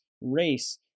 race